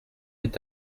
est